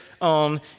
on